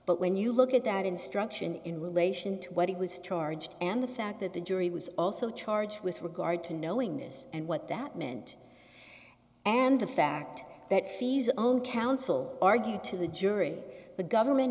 but when you look at that instruction in relation to what he was charged and the fact that the jury was also charged with regard to knowing this and what that meant and the fact that sees own counsel argued to the jury the government